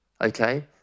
Okay